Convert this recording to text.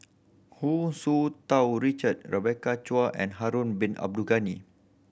Hu Tsu Tau Richard Rebecca Chua and Harun Bin Abdul Ghani